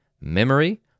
memory